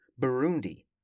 Burundi